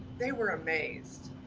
they were amazed.